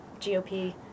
GOP